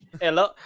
Hello